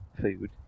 food